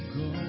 go